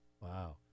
wow